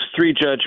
three-judge